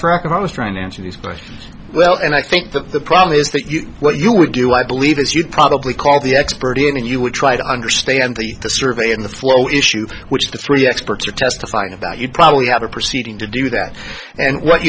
track and i was trying to answer these questions well and i think that the problem is that what you would do i believe is you'd probably call the expert in and you would try to understand the survey in the flow issue which the three experts are testifying you'd probably have a proceeding to do that and what